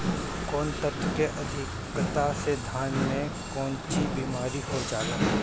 कौन तत्व के अधिकता से धान में कोनची बीमारी हो जाला?